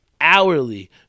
hourly